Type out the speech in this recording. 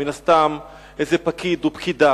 שמן הסתם איזה פקיד או פקידה